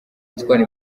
yitwara